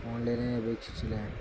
online ആയി അപേക്ഷിച്ചില്ലേ